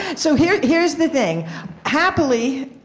so here here is the thing happily,